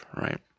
right